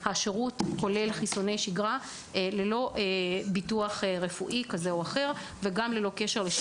השירות כולל חיסוני שגרה ללא ביטוח רפואי או שיוך קופתי.